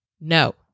No